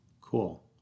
cool